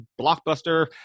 blockbuster